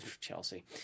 Chelsea